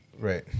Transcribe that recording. right